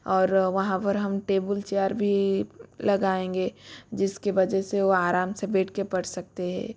और वहाँ पर हम टेबुल चेयर भी लगाएंगे जिसकी वजह से वो आराम से बैठ के पढ़ सकते हैं